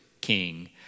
king